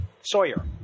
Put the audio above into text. Sawyer